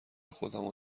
خودمو